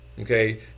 Okay